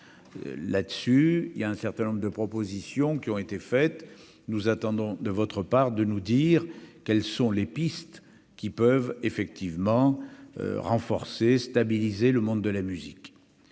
là-dessus il y a un certain nombre de propositions qui ont été faites, nous attendons de votre part de nous dire quelles sont les pistes qui peuvent effectivement renforcer stabiliser le monde de la musique,